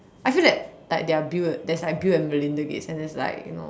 I feel that like their Bill there's like Bill and Melinda Gates and there's like you know